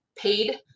paid